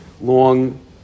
long